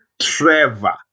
Trevor